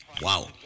Wow